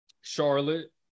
Charlotte